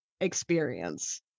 experience